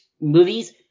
movies